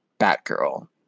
Batgirl